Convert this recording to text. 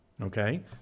Okay